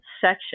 section